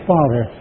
Father